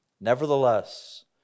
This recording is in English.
Nevertheless